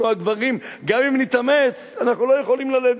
אנחנו הגברים, גם אם נתאמץ, אנחנו לא יכולים ללדת.